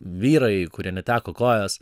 vyrai kurie neteko kojos